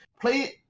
Play